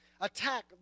attack